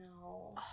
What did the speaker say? no